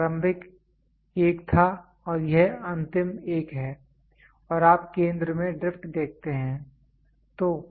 यह प्रारंभिक एक था और यह अंतिम एक है और आप केंद्र में ड्रिफ्ट देखते हैं